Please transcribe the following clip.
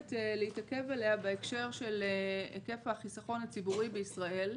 מעניינת להתעכב עליה בהקשר של היקף החיסכון הציבורי בישראל.